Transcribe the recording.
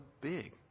big